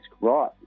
right